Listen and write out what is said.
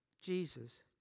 Jesus